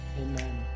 amen